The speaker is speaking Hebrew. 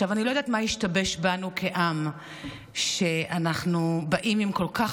אני לא יודעת מה השתבש בנו כעם שאנחנו באים עם כל כך